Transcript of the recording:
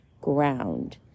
ground